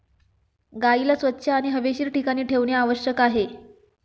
गाईला स्वच्छ आणि हवेशीर ठिकाणी ठेवणे आवश्यक आहे